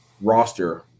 roster